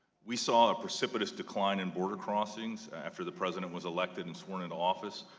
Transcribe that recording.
we saw ah precipitous decline in border crossings after the president was elected and sworn into office.